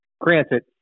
granted